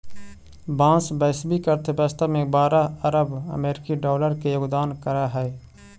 बाँस वैश्विक अर्थव्यवस्था में बारह अरब अमेरिकी डॉलर के योगदान करऽ हइ